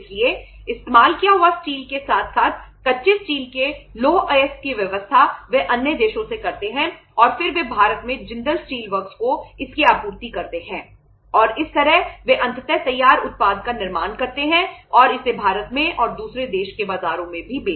इसलिए इस्तेमाल किया हुए स्टील के साथ साथ कच्चे स्टील के लौह अयस्क की व्यवस्था वे अन्य देशों से करते हैं और फिर वे भारत में जिंदल स्टील वर्क्स करें